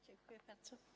Dziękuję bardzo.